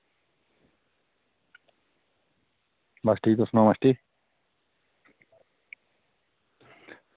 ठीक ऐ तुस सनाओ मास्टर जी